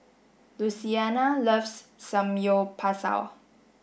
Louisiana loves Samgyeopsal